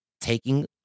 taking